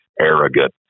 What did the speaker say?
arrogant